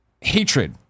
hatred